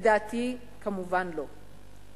לדעתי, כמובן לא.